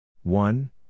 One